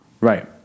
Right